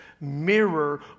mirror